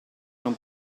non